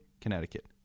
Connecticut